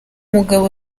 mugabo